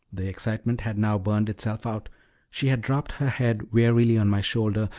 the excitement had now burned itself out she had dropped her head wearily on my shoulder,